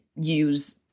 use